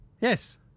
Yes